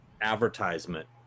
advertisement